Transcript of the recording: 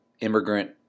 immigrant